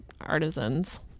artisans